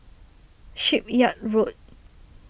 Shipyard Road